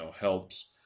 helps